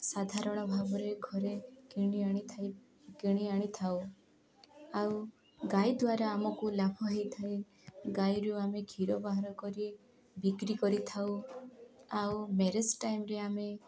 ସାଧାରଣ ଭାବରେ ଘରେ କିଣି ଆଣିଥାଏ କିଣି ଆଣିଥାଉ ଆଉ ଗାଈ ଦ୍ୱାରା ଆମକୁ ଲାଭ ହେଇଥାଏ ଗାଈରୁ ଆମେ କ୍ଷୀର ବାହାର କରି ବିକ୍ରି କରିଥାଉ ଆଉ ମ୍ୟାରେଜ୍ ଟାଇମ୍ରେ ଆମେ